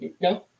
No